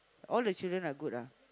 all the children are good ah